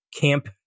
camp